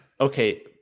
okay